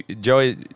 Joey